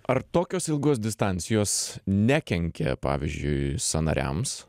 ar tokios ilgos distancijos nekenkia pavyzdžiui sąnariams